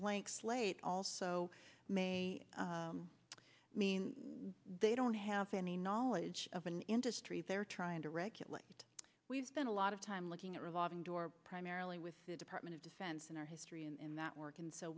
blank slate also may mean they don't have any knowledge of an industry they're trying to regulate we've spent a lot of time looking at revolving door primarily with the department of defense in our history and in that work and so